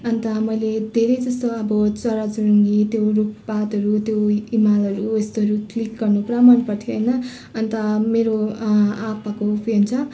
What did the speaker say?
अन्त मैले धेरै जसो अब चरा चुरूङ्गी त्यो रुख पातहरू त्यो हिमालहरू यस्तोहरू क्लिक गर्नु पुरा मन पर्थ्यो होइन अन्त मेरो आप्पाको फोन छ